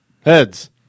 Heads